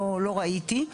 לא ראיתי,